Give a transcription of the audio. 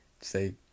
say